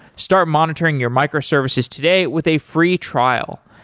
start monitoring your micro-services today with a free trial.